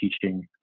teaching